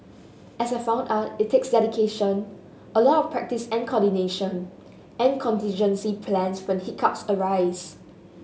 as I found out it takes dedication a lot of practice and coordination and contingency plans when hiccups arise